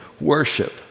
worship